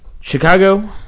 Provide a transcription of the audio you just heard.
Chicago